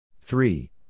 Three